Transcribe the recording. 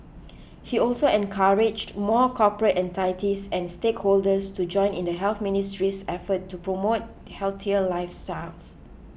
he also encouraged more corporate entities and stakeholders to join in the Health Ministry's efforts to promote healthier lifestyles